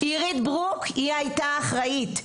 אירית ברוק הייתה אחראית.